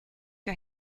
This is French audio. que